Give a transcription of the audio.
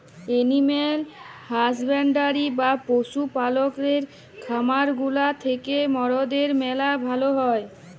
animal husbandry বা পশু পাললের খামার গুলা থ্যাকে মরদের ম্যালা ভাল হ্যয়